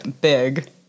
big